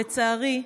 לצערי,